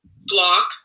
block